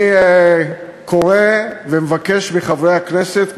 אני קורא ומבקש מחברי הכנסת,